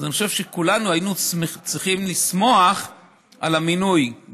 אני חושב שכולנו היינו צריכים לשמוח על המינוי,